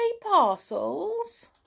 parcels